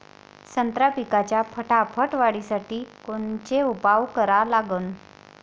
संत्रा पिकाच्या फटाफट वाढीसाठी कोनचे उपाव करा लागन?